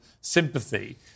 sympathy